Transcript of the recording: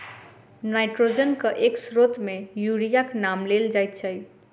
नाइट्रोजनक एक स्रोत मे यूरियाक नाम लेल जाइत छै